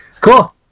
cool